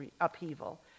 upheaval